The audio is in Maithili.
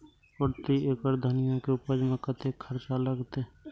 प्रति एकड़ धनिया के उपज में कतेक खर्चा लगते?